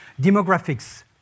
Demographics